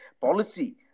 policy